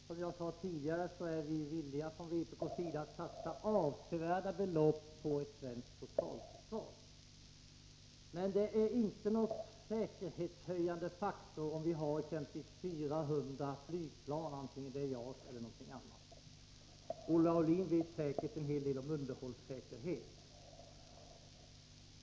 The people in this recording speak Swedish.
Herr talman! Olle Aulin pratar strunt. Som jag sade tidigare är vi från vpk villiga att satsa avsevärda belopp på ett svenskt totalförsvar. Men det är inte någon säkerhetshöjande faktor att ha exempelvis 400 flygplan, antingen det nu är JAS eller någonting annat. Olle Aulin vet säkert en hel del om underhållssäkerhet.